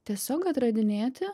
tiesiog atradinėti